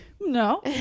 No